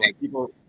People